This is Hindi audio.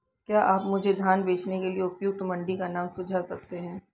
क्या आप मुझे धान बेचने के लिए उपयुक्त मंडी का नाम सूझा सकते हैं?